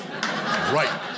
Right